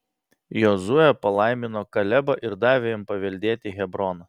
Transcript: jozuė palaimino kalebą ir davė jam paveldėti hebroną